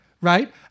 right